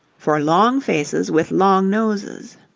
for long faces with long noses.